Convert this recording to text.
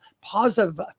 positive